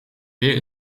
weer